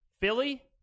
Philly